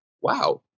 wow